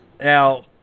Now